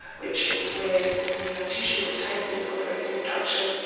which is where the um tissue was taken for the reconstruction.